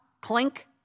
Clink